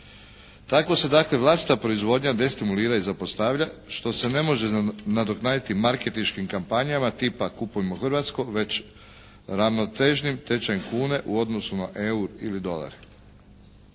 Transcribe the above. dakle vlastita proizvodnja destimulira i zapostavlja što se ne može nadoknaditi markentiškim kampanjama tipa “kupujmo hrvatsko“ već ravnotežnim tečajem kune u odnosu na eur ili dolar.